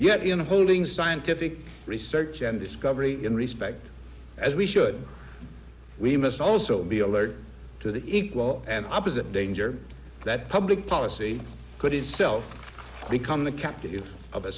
yet in holding scientific research and discovery in respect as we should we must also be alert to the equal and opposite danger that public policy could itself become the captive of a